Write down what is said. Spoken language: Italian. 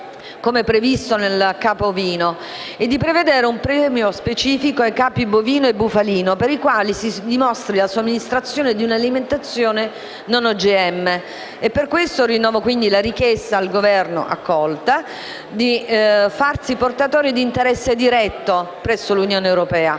oggi previsto per il capo ovino) e prevedere un premio specifico ai capi bovino e bufalino per i quali si dimostri la somministrazione di una alimentazione non OGM. Per questo rinnovo la richiesta, accolta, al Governo di farsi portatore di interesse diretto presso l'Unione europea.